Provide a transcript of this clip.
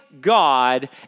God